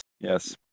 Yes